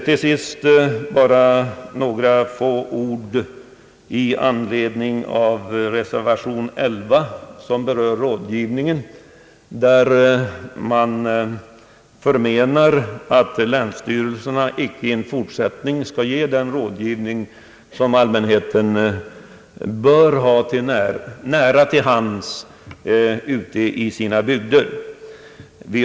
Till sist några ord i anledning av reservation 11, som berör rådgivningen. Där menar man att länsstyrelserna även i fortsättningen skall ge den rådgivning som allmänheten bör ha nära till hands ute i bygderna.